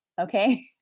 Okay